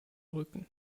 rücken